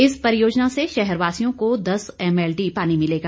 इस परियोजना से शहरवासियों को दस एमएलडी पानी मिलेगा